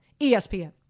ESPN